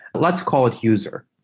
let's call it user.